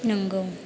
नोंगौ